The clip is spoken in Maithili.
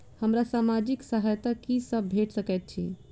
हमरा सामाजिक सहायता की सब भेट सकैत अछि?